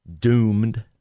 doomed